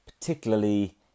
particularly